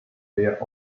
their